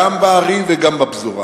גם בערים וגם בפזורה,